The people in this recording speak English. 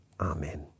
Amen